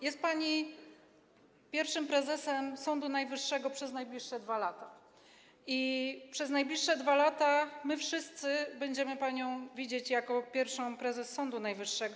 Jest pani pierwszym prezesem Sądu Najwyższego przez najbliższe 2 lata i przez najbliższe 2 lata my wszyscy będziemy panią widzieć jako pierwszą prezes Sądu Najwyższego.